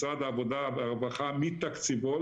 משרד העבודה והרווחה מתקציבו,